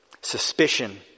suspicion